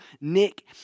nick